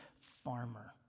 farmer